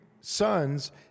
sons